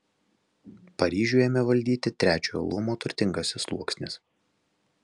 paryžių ėmė valdyti trečiojo luomo turtingasis sluoksnis